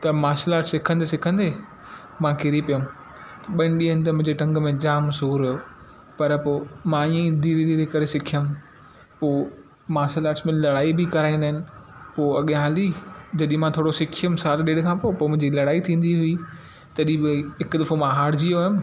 त martial arts सिखंदे सिखंदे मां किरी पियमि ॿिनि ॾींहंनि ते मुंहिंजी टंग में जाम सूर हुओ पर पोइ मां इअं ई धीरे धीरे करे सिखियमि पोइ मार्शल आट्स में लड़ाई बि कराईंदा आहिनि पोइ अॻियां हली जॾहिं मां थोरो सिखियमि सालु ॾेढ खां पोइ पोइ मुंहिंजी लड़ाई थींदी हुई तॾहिं भई हिकु दफ़ो मां हार जी वियो हुअमि